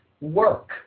work